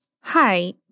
Hi